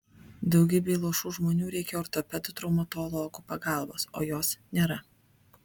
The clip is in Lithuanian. daugybei luošų žmonių reikia ortopedų traumatologų pagalbos o jos nėra